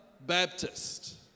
Baptist